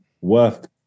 worth